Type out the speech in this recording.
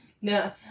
No